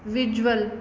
visual